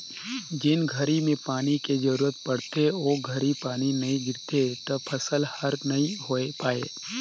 जेन घरी में पानी के जरूरत पड़थे ओ घरी पानी नई गिरथे त फसल हर नई होय पाए